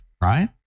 right